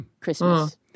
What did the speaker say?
Christmas